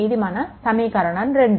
ఇది మన సమీకరణం 2